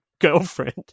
girlfriend